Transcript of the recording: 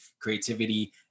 creativity